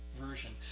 version